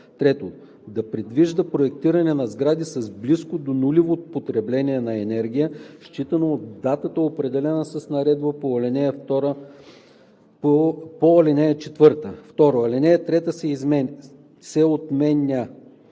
3. да предвиждат проектиране на сгради с близко до нулево потребление на енергия считано от дата, определена с Наредба по ал. 4.“ 2. Алинея 3 се отменя.